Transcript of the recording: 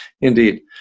Indeed